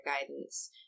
guidance